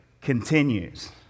continues